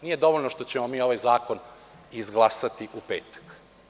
Nije dovoljno što ćemo mi ovaj zakon izglasati u petak.